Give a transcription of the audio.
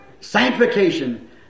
sanctification